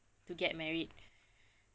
to get married